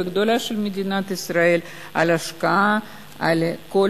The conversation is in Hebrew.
וגדולתה של מדינת ישראל על ההשקעה,